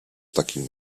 takim